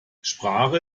sprache